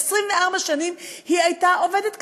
24 שנים היא הייתה עובדת קבלן,